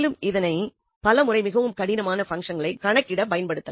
மேலும் இதனை மேலும் பல முறை மிகவும் கடினமான பங்சன்களை கணக்கிட பயன்படுத்தலாம்